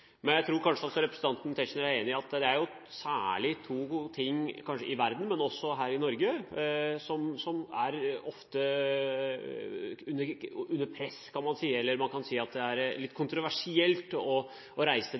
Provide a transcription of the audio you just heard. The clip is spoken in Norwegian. Men jeg tror kanskje også representanten Tetzschner er enig i at det er særlig to ting – kanskje i verden, men også her i Norge – som ofte er under press, kan man si, eller man kan si det er litt kontroversielt å reise